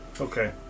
Okay